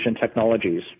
technologies